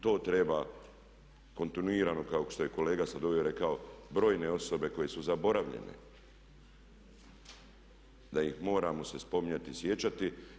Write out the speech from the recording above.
To treba kontinuirano kao što je kolega sad ovdje rekao brojne osobe koje su zaboravljene da ih moramo se spominjati i sjećati.